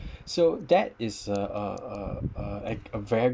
so that is uh uh uh uh like a very